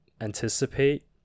anticipate